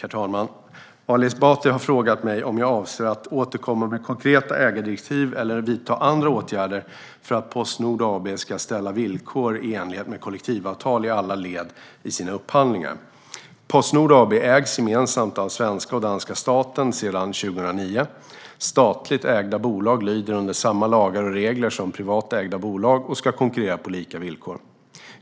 Herr talman! Ali Esbati har frågat mig om jag avser att återkomma med konkreta ägardirektiv eller vidta andra åtgärder för att Postnord AB ska ställa villkor i enlighet med kollektivavtal i alla led i sina upphandlingar. Postnord AB ägs gemensamt av svenska och danska staten sedan 2009. Statligt ägda bolag lyder under samma lagar och regler som privat ägda bolag och ska konkurrera på lika villkor.